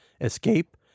escape